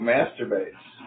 Masturbates